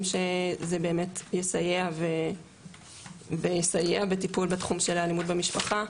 שזה באמת יסייע בטיפול בתחום של האלימות במשפחה,